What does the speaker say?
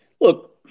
look